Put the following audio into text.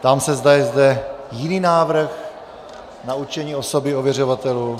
Ptám se, zda je zde jiný návrh na určení osoby ověřovatelů.